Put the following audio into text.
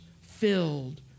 filled